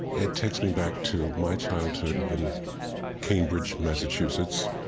it takes me back to my childhood in cambridge, massachusetts,